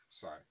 sorry